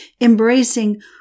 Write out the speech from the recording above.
embracing